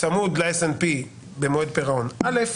צמוד ל-S&P במועד פירעון א',